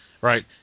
Right